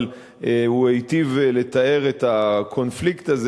אבל הוא היטיב לתאר את הקונפליקט הזה,